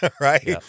right